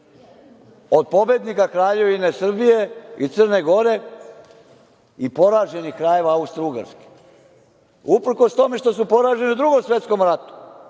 od pobednika Kraljevina Srbije i Crne Gore i poraženih krajeva Austrougarske. Uprkos tome što su poraženi u Drugom svetskom ratu,